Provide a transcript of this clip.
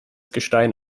gestein